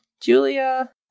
Julia